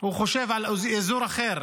הוא חושב על אזור אחר,